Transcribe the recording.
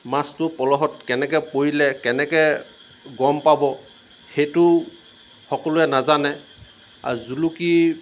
মাছতো পলহত কেনেকৈ পৰিলে কেনেকৈ গম পাব সেইটো সকলোৱে নাজানে আৰু জুলুকি